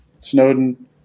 Snowden